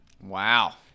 Wow